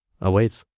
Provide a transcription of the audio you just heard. awaits